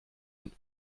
den